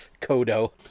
Kodo